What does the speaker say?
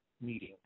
meeting